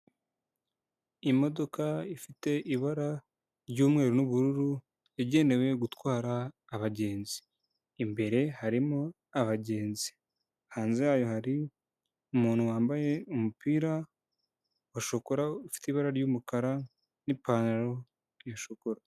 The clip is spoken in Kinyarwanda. Imodoka ifite ibara ry'umweru n'ubururu yagenewe gutwara abagenzi imbere harimo abagenzi, hanze yayo hari umuntu wambaye umupira wa shokora ufite ibara ry'umukara n'ipantaro ya shokora.